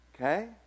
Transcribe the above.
Okay